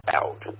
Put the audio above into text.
out